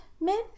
men